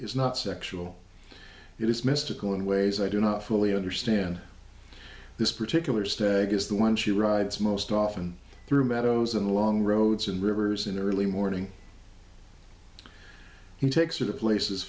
is not sexual it is mystical in ways i do not fully understand this particular stag is the one she rides most often through meadows and along roads and rivers in the early morning he takes her to places